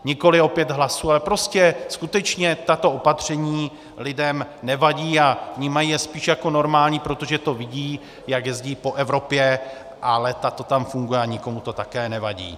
Nikoli o pět hlasů, ale prostě skutečně tato opatření lidem nevadí a vnímají je spíš jako normální, protože to vidí, jak jezdí po Evropě, a léta to tam funguje a nikomu to také nevadí.